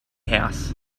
house